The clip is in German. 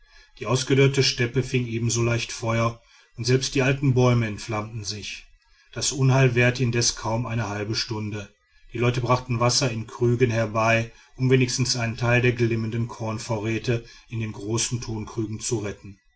die ausgedörrte steppe fing ebenso leicht feuer und selbst die alten bäume entflammten sich das unheil währte indes kaum eine halbe stunde die leute brachten wasser in krügen herbei um wenigstens einen teil der glimmenden kornvorräte in den großen tonkrügen zu retten